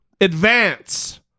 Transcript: advance